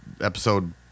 episode